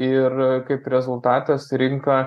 ir kaip rezultatas rinka